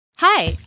Hi